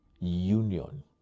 union